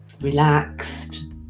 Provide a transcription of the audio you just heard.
relaxed